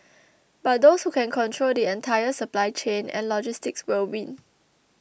but those who can control the entire supply chain and logistics will win